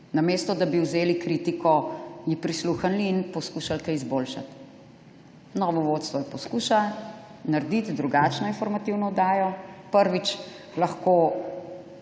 namesto da bi vzeli kritiko, ji prisluhnili in poskušali kaj izboljšati. Novo vodstvo poskuša narediti drugačno informativno oddajo. Prvič,